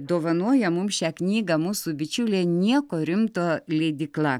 dovanoja mums šią knygą mūsų bičiulė nieko rimto leidykla